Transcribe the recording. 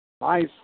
Nice